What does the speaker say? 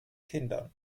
kindern